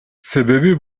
себеби